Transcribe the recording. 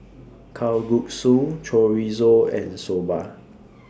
Kalguksu Chorizo and Soba